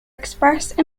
expressed